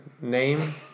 name